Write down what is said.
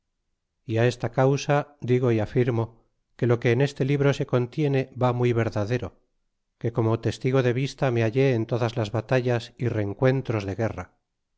y á esta causa digo é afirmo que lo que en este libro se contiene va muy verdadero que como testigo de vista me hallé en todas las batallas t'encuentros de guerra